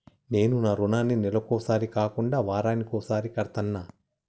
నేను నా రుణాన్ని నెలకొకసారి కాకుండా వారానికోసారి కడ్తన్నా